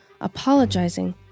apologizing